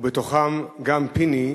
ובתוכם גם פיני,